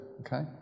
Okay